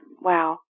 Wow